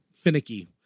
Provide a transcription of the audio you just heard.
finicky